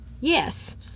Yes